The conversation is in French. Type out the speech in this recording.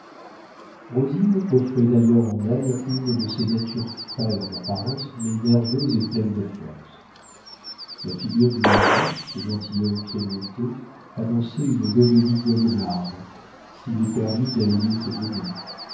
rosina offrait d'ailleurs en elle une de ces natures frêles en apparence mais nerveuses et pleines de force la figure du mari gentilhomme piémontais annonçait une bonhomie goguenarde s'il est permis d'allier ces deux mots